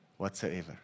Whatsoever